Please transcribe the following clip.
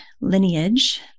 lineage